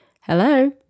Hello